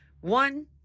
One